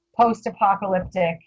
post-apocalyptic